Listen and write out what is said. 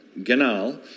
Ganal